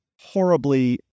horribly